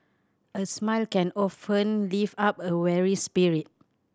a smile can often lift up a weary spirit